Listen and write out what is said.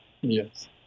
Yes